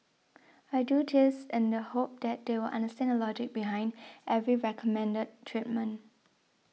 I do this in the hope that they will understand the logic behind every recommended treatment